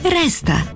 resta